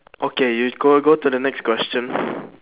okay you go go to the next question